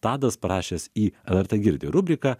tadas parašęs į lrt girdi rubriką